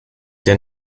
der